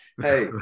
Hey